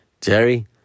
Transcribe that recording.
Jerry